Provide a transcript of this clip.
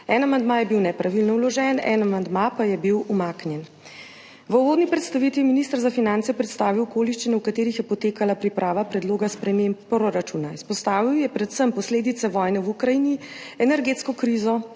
En amandma je bil nepravilno vložen, en amandma pa je bil umaknjen. V uvodni predstavitvi je minister za finance predstavil okoliščine, v katerih je potekala priprava predloga sprememb proračuna. Izpostavil je predvsem posledice vojne v Ukrajini, energetsko krizo,